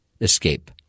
escape